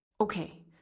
okay